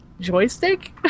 joystick